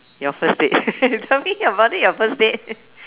your first date tell me about it your first date